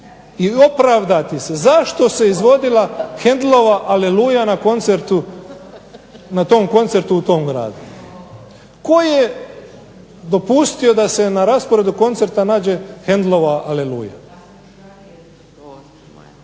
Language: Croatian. i opravdati se zašto se izvodila Haendelova "Aleluja" na koncertu, na tom koncertu u tom gradu. Tko je dopustio da se na rasporedu koncerta nađe Haendelova "Aleluja".